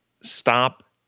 stop